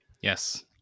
Yes